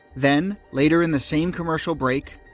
then, later in the same commercial break,